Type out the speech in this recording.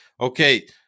okay